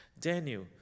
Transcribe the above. daniel